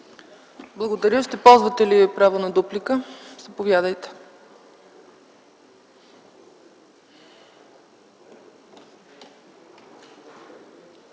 Благодаря. Ще ползвате ли право на дуплика? Заповядайте.